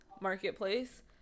Marketplace